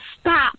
stop